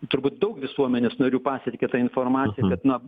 turbūt daug visuomenės narių pasiekia ta informacija kad na